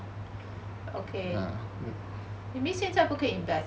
okay ah you mean 现在不可以 invest ah